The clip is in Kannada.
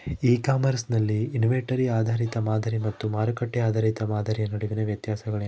ಇ ಕಾಮರ್ಸ್ ನಲ್ಲಿ ಇನ್ವೆಂಟರಿ ಆಧಾರಿತ ಮಾದರಿ ಮತ್ತು ಮಾರುಕಟ್ಟೆ ಆಧಾರಿತ ಮಾದರಿಯ ನಡುವಿನ ವ್ಯತ್ಯಾಸಗಳೇನು?